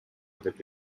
деп